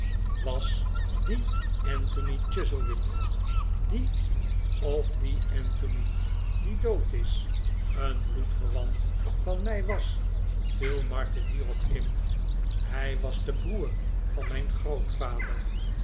was die anthony chuzzlewit die of die anthony die dood is een bloedverwant van mij was viel martin hierop in hij was de broer van mijn grootvader